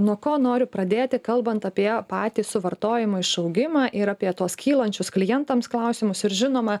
nuo ko noriu pradėti kalbant apie patį suvartojimo išaugimą ir apie tuos kylančius klientams klausimus ir žinoma